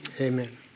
Amen